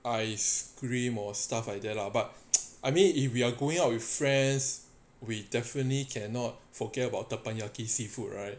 ice cream or stuff like that lah but I mean if we're going out with friends we definitely cannot forget about teppanyaki seafood right